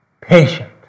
patient